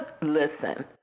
listen